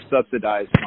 subsidized